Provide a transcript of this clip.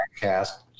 cast